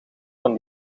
van